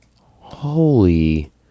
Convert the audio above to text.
Holy